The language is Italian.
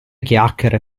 chiacchiere